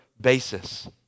basis